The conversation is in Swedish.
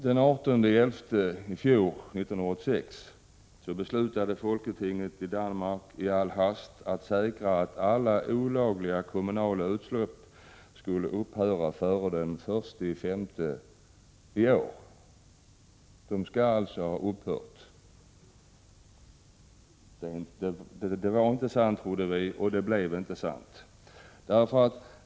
Den 18 november i fjol beslutade det danska folketinget i all hast att alla olagliga kommunala utsläpp skulle upphöra före den 1 maj i år. De skall alltså ha upphört. Det var inte sant, trodde vi, och det blev inte sant.